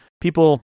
People